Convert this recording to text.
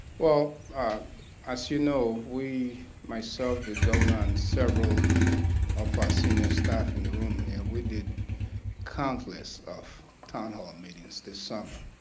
well as you know we myself, the governor and several of our senior staff in the room here we did countless of town hall um meetings this summer,